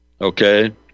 Okay